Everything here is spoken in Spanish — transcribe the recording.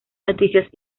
noticias